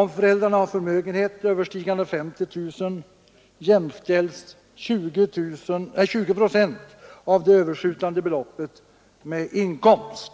Om föräldrarna har en förmögenhet överstigande 50 000 kronor jämställs 20 procent av det på detta belopp överstigande förmögenhetsvärdet med inkomst.